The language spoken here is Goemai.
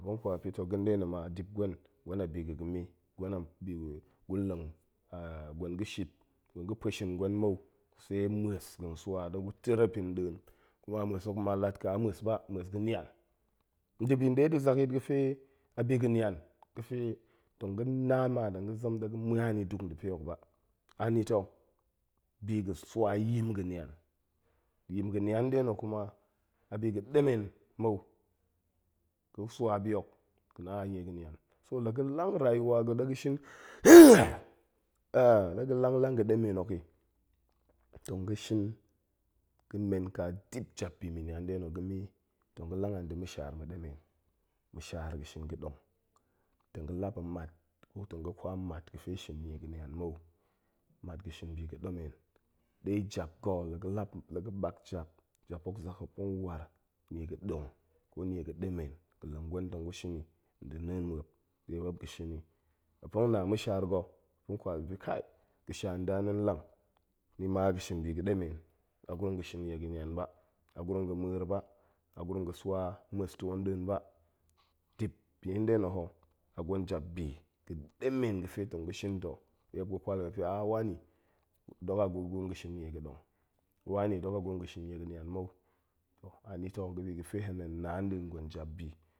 Muop tong kwal muop ni ga̱n ɗe na̱ ma dip gwen gwen a bi ga̱ ga̱me, gwen a bi ga̱ gwen ga̱ pue shin gwen mou, sai ma̱es ga̱n swa ɗe gu terep i nɗin, kuma ma̱es hok ma lat ka ma̱es ba, ma̱es ga̱ nian. ndibi ɗe ɗi zakyit ga̱fe a bi ga̱ nian fe tong ga̱ na ma, tong ga̱ zen ɗe ga̱ ma̱an ma duk nda̱ pe hok ba, anito, bi ga̱ swa yim ga̱ nian. yim ga̱ nian nɗe na̱ kuma a bi ga̱ ɗemen muo, ga̱ swa bi hok. ga̱na a nie ga̱ nian. so la ga̱ lang rayuwa ga̱ ɗe ga̱ shin ɗe ga̱ lang lang ga̱ ɗemen hok i, tong ga̱ shin ga̱ men ƙa dip bi ga̱ nian nɗe na̱. ga̱me tong ga̱ lang an da̱ ma̱shaar ga̱ ɗemen, ma̱shaar ga̱ shin ga̱ɗong. tong ga̱ lap a mat. tong ga̱ kwam mat ga̱fe shin nie ga̱ nian mou, mat ga̱ shin bi ga̱ ɗemen ɗe jap ga̱, la ga̱ lap, la ga̱ ɓak jap, jap hok zak muop tong war nie ga̱ ɗong, ko nie ga̱ ɗemen ga̱ leng gwen tong gu shin i nda̱ neen muop ɗe muop ga̱ shin i. muop tong na ma̱shaar ga̱ muop tong kwal muop ni ga̱sha nda na̱ nlang, ni ma a ga̱ shin bi ga̱ ɗemen, a gurum ga̱ shin nie ga̱ nian ba, a gurum ga̱ ma̱a̱r ba, a gurum ga̱ swa ma̱es to ndin ba. dip bi nɗe na̱ ho a gwen jap bi ga̱ ɗemen ga̱fe tong ga̱ shin to ɗe muop ga̱ kwal i muop ni a wani dok a gurum ga̱ shin nie ga̱ dong, wani dok a gurum ga̱ shin nie ga̱ nian mou. to anito dibi ga̱fe hen-hen na nɗin gwen jap bi